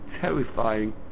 terrifying